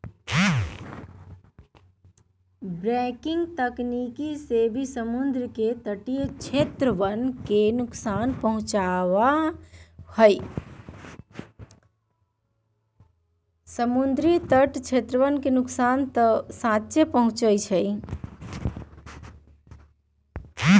breaking तकनीक से भी समुद्र के तटीय क्षेत्रवन के नुकसान पहुंचावा हई